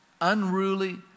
unruly